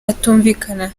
atumvikana